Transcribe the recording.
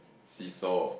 seesaw